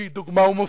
שהיא דוגמה ומופת,